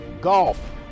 golf